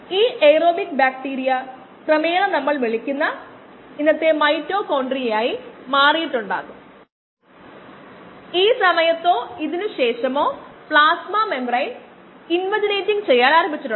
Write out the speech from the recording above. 39 മണിക്കൂറിന് തുല്യമായിരിക്കും